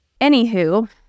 anywho